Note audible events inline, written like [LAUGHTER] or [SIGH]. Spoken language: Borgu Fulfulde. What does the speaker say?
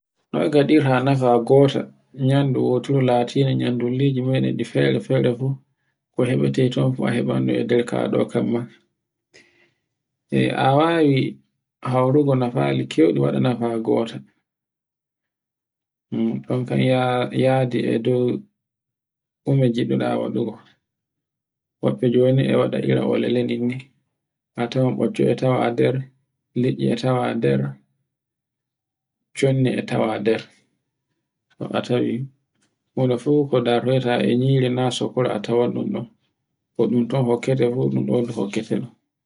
Nou ngaɗirte nafa gotan nyandu wotundu latindu nyandulluji moyɗi ɗi fere-fere fu, heɓeto ton fu a heɓandu e kaɗo kanma. E a wawi haurugo nafari kewɗi, waɗu nafa gota, [HESITATION] ɗun kan yadi e dow ɗume ngiɗuɗa waɗugo. [NOISE] Woɓɓe joni e waɗa ira no oleleni [NOISE] a tawan ɓocco a tawan a nder, liɗɗi e tawa e nder, cholli e tawa nder. fu a tawi, funa fu ko ndarteta e nyiri na sokora atawan ɗum ɗo, e ɗun ton hokkete fu ɗun ɗo hokkete.